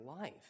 life